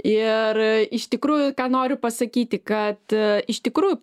ir iš tikrųjų ką noriu pasakyti kad iš tikrųjų